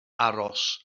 aros